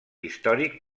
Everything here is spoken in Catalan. històric